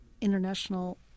international